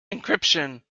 encryption